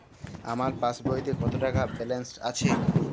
আমার পাসবইতে কত টাকা ব্যালান্স আছে?